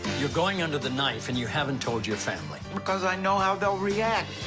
you're going under the knife, and you haven't told your family. because i know how they'll react.